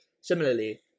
Similarly